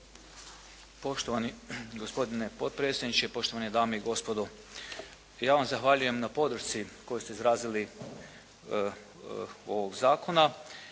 Poštovani gospodine potpredsjedniče, poštovane dame i gospodo. Ja vam zahvaljujem na podršci koju ste izrazili ovog zakona